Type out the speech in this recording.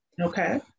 Okay